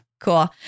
Cool